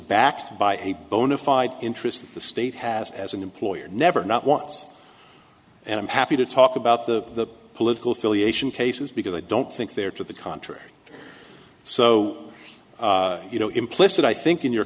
backed by a bona fide interest in the state has as an employer never not once and i'm happy to talk about the political affiliation cases because i don't think they are to the contrary so you know implicit i think in your